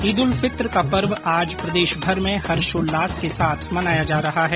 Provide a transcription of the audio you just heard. ईद उल फित्र का पर्व आज प्रदेशभर में हर्षोल्लास के साथ मनाया जा रहा है